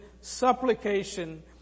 supplication